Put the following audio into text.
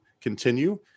continue